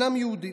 אינם יהודים,